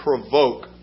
provoke